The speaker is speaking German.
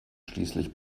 schließlich